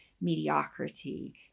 mediocrity